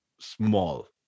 small